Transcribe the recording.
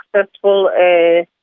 successful